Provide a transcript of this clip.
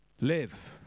live